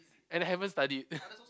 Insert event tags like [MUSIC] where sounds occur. and haven't studied [LAUGHS]